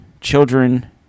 children